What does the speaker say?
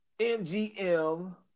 MGM